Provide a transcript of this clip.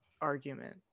argument